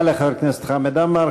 תודה לחבר הכנסת חמד עמאר.